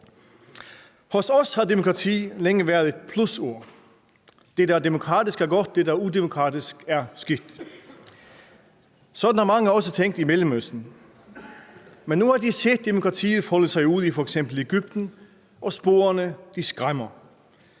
Hos os har demokrati længe været et plusord. Det, der er demokratisk, er godt. Det, der er udemokratisk, er dårligt. Sådan har mange også tænkt i Mellemøsten. Men nu har de set demokratiet folde sig ud i f.eks. Egypten, og sporene skræmmer.